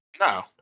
No